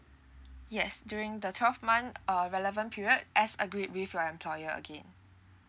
yes during the twelve month uh relevant period as agreed with your employer again